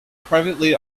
privately